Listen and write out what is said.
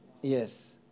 Yes